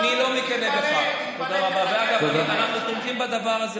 כעיקרון אנחנו כמובן מסכימים לחוק הזה,